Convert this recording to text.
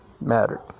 mattered